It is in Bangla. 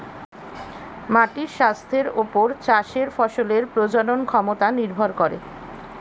মাটির স্বাস্থ্যের ওপর চাষের ফসলের প্রজনন ক্ষমতা নির্ভর করে